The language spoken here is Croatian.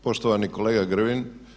Poštovani kolega Grbin.